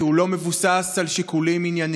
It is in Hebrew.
כי הוא לא מבוסס על שיקולים ענייניים.